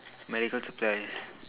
medical supplies